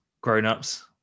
Grown-ups